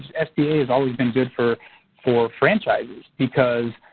sba has always been good for for franchises because,